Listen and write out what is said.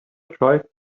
tried